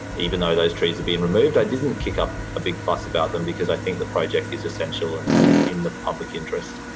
even though those trees have been removed, i didn't kick up a big fuss about them, because i think the project is essential and and is in the public interest.